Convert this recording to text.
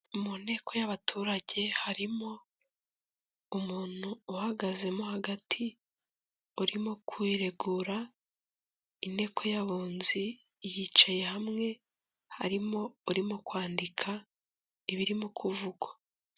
Mu nteko y'abaturage harimo umuntu uhagazemo hagati urimo kwiregura. Inteko y'abunzi yicaye hamwe harimo urimo kwandika ibirimo kuvugwa.